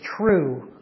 true